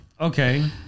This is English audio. Okay